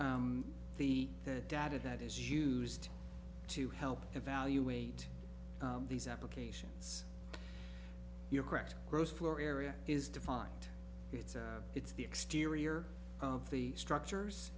the data that is used to help evaluate these applications you're correct gross floor area is defined it's it's the exterior of the structures